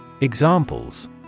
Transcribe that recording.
Examples